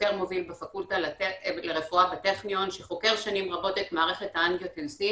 חוקר מוביל בפקולטה לרפואה בטכניון שחוקר שנים רבות את מערכת האנגיוטנסין